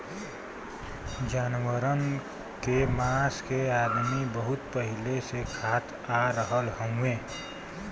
जानवरन के मांस के अदमी बहुत पहिले से खात आ रहल हउवे